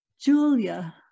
Julia